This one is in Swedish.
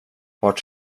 vart